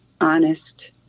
honest